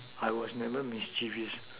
I was never mischievous